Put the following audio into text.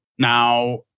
Now